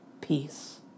peace